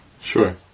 Sure